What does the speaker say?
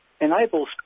enables